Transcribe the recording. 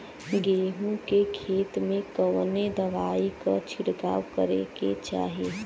गेहूँ के खेत मे कवने दवाई क छिड़काव करे के चाही?